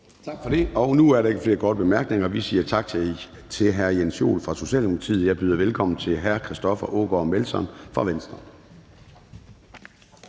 Tak for det. Der er ingen korte bemærkninger. Vi siger tak til hr. Jens Joel fra Socialdemokratiet, og jeg byder nu velkommen til hr. Christoffer Aagaard Melson fra Venstre.